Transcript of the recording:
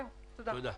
תודה.